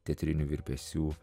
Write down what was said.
teatrinių virpesių